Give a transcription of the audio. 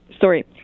sorry